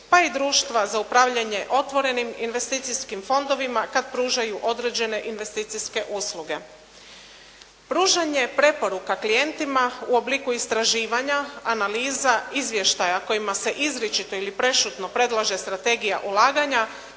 pa i društva za upravljanje otvorenim investicijskim fondovima kad pružaju određene investicijske usluge. Pružanje preporuka klijentima u obliku istraživanja, analiza izvještaja kojima se izričito ili prešutno predlaže strategija ulaganja